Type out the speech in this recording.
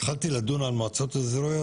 התחלתי לדון על מועצות אזוריות,